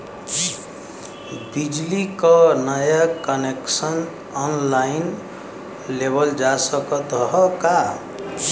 बिजली क नया कनेक्शन ऑनलाइन लेवल जा सकत ह का?